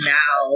now